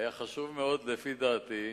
היה חשוב מאוד, לפי דעתי,